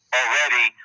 already